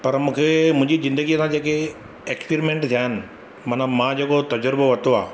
पर मूंखे ज़िंदगीअ सां जेके एक्सपैरिमैंट थिया आहिनि मतिलबु मां जेको तजुर्बो वरितो आहे